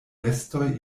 vestoj